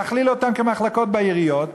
להכליל אותם כמחלקות בעיריות,